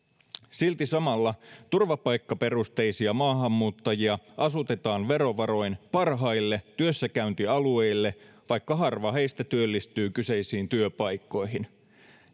silti samalla turvapaikkaperusteisia maahanmuuttajia asutetaan verovaroin parhaille työssäkäyntialueille vaikka harva heistä työllistyy kyseisiin työpaikkoihin